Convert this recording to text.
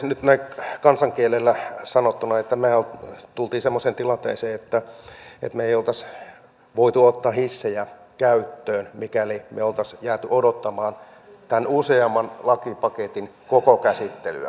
nyt näin kansankielellä sanottuna me tulimme semmoiseen tilanteeseen että me emme olisi voineet ottaa hissejä käyttöön mikäli me olisimme jääneet odottamaan tämän useamman lain lakipaketin koko käsittelyä